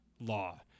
law